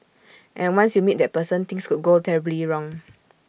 and once you meet that person things could go terribly wrong